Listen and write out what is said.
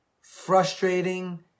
frustrating